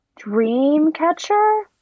Dreamcatcher